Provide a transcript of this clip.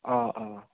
অ' অ'